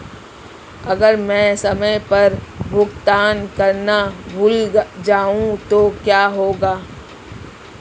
अगर मैं समय पर भुगतान करना भूल जाऊं तो क्या होगा?